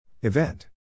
Event